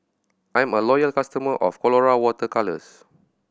I'm a loyal customer of Colora Water Colours